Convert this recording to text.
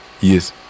yes